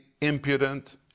impudent